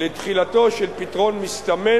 לתחילתו של פתרון מסתמן